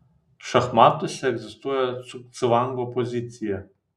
šachmatuose egzistuoja cugcvango pozicija